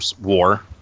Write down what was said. War